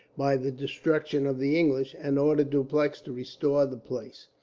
by the destruction of the english, and ordered dupleix to restore the place.